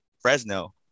Fresno